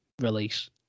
release